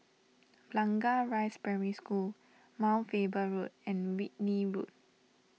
Blangah Rise Primary School Mount Faber Road and Whitley Road